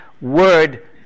word